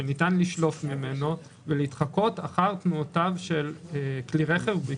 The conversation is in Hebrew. שניתן לשלוף ממנו ולהתחקות אחר תנועותיו של כלי רכב,